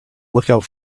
lookout